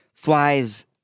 Flies